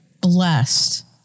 blessed